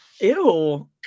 Ew